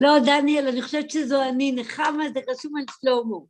‫לא, דניאל, אני חושבת שזו אני. ‫נחמה, זה חשוב מאמץ לאומו.